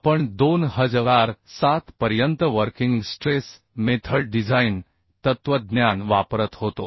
आपण 2007 पर्यंत working stress method design तत्त्वज्ञान वापरत होतो